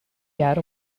jaar